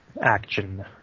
action